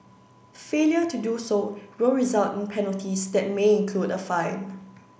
failure to do so will result in penalties that may include a fine